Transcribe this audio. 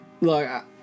look